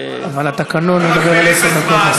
אבל התקנון מדבר על עשר דקות,